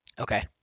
Okay